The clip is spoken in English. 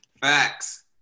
Facts